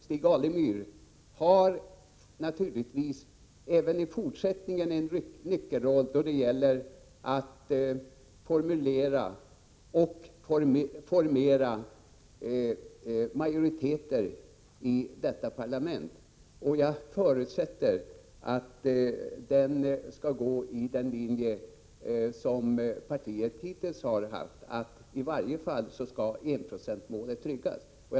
Stig Alemyr har naturligtvis även i fortsättningen en nyckelroll då det gäller att formera majoriteter i detta parlament, och jag förutsätter att utvecklingen skall gå i den riktning som det socialdemokratiska partiet hittills har stått bakom — att i varje fall enprocentsmålet skall tryggas.